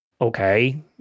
okay